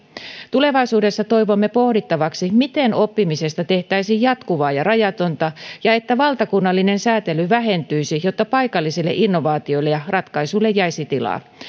tulevaisuudessa toivomme pohdittavaksi miten oppimisesta tehtäisiin jatkuvaa ja rajatonta ja että valtakunnallinen säätely vähentyisi jotta paikallisille innovaatioille ja ratkaisuille jäisi tilaa